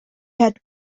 had